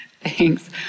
thanks